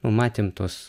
nu matėm tuos